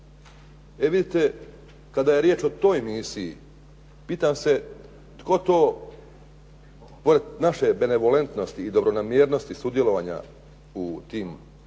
E vidite, kada je riječ o toj misiji pitam se tko to kod naše benevolentnosti i dobronamjernosti sudjelovanja u tim vojnim